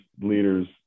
leaders